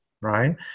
Right